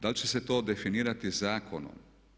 Da li će se to definirati zakonom.